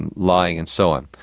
and lying and so on.